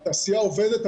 התעשייה עובדת,